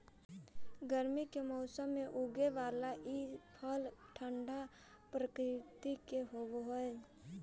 गर्मी के मौसम में उगे बला ई फल ठंढा प्रवृत्ति के होब हई